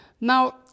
Now